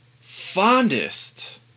fondest